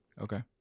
Okay